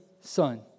Son